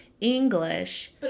English